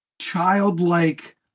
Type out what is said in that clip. childlike